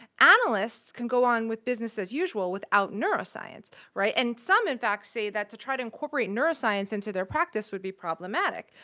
analysts can go on with business as usual without neuroscience, right? and some in fact say that to try to incorporate neuroscience into their practice would be problematic.